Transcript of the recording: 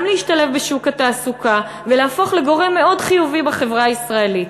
גם להשתלב בשוק התעסוקה ולהפוך לגורם מאוד חיובי בחברה הישראלית.